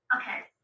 Okay